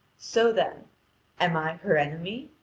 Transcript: so, then, am i her enemy?